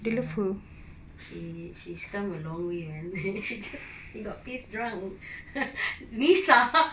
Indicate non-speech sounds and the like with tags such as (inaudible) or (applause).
ya she she's come a long way man (laughs) she just got pissed drunk (laughs) nisa